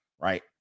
Right